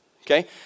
Okay